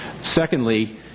Secondly